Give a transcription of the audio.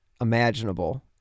imaginable